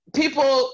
people